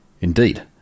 Indeed